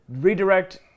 redirect